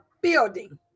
building